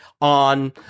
on